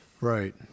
Right